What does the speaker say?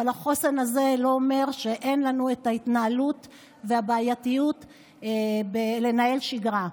אבל החוסן הזה לא אומר שאין לנו את ההתנהלות והבעייתיות בלנהל שגרה.